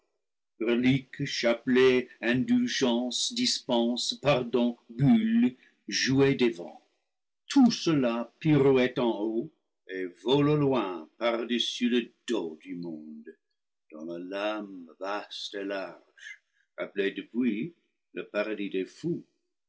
reliques chapelets indulgences dispenses pardons bulles jouets des vents tout cela pirouette en haut et vole au loin par-dessus le dos du monde dans le limbe vaste et large appelé depuis le paradis des